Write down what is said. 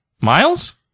Miles